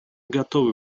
готовы